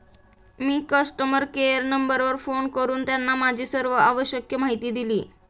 मी customer care नंबरवर phone करून त्यांना माझी सर्व आवश्यक माहिती दिली